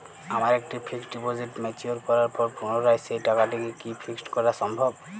আমার একটি fixed deposit mature করার পর পুনরায় সেই টাকাটিকে কি ফিক্সড করা সম্ভব?